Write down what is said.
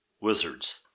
Wizards